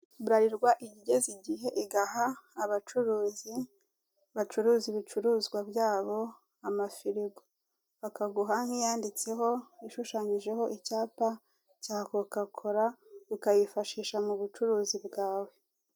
Burarirwa ijya igeza igihe igaha abacuruzi bacuruza ibicuruzwa byabo, amafirigo. Bakguha nk'iyanditseho, ishushanyijeho icyapa cya kokakora; ukayifashisha mu bucuruzi bwawe.